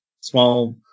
small